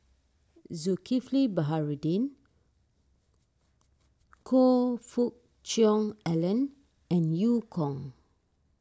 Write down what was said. Zulkifli Baharudin Choe Fook Cheong Alan and Eu Kong